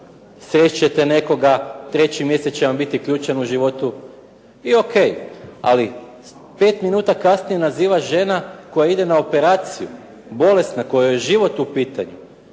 ćete nekoga, treći mjesec će vam biti ključan u životu. I o.k. Ali pet minuta kasnije naziva žena koja ide na operaciju, bolesna, kojoj je život u pitanju